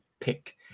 pick